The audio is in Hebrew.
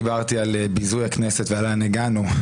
דיברתי על ביזוי הכנסת ולאן הגענו,